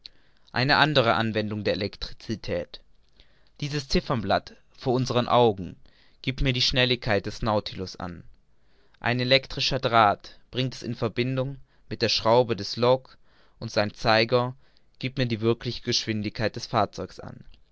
eine andere anwendung der elektricität dieses zifferblatt vor unseren augen giebt mir die schnelligkeit des nautilus an ein elektrischer draht bringt es in verbindung mit der schraube des log und sein zeiger giebt mir die wirkliche geschwindigkeit des fahrzeugs an